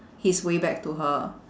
his way back to her